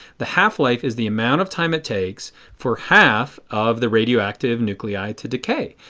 the half-life is the amount of time it takes for half of the radioactive nuclei to decay.